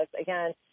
again